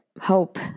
hope